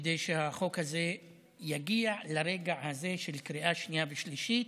כדי שהחוק הזה יגיע לרגע הזה של קריאה שנייה ושלישית.